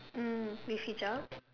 mm with hijab